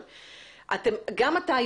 גם אתה,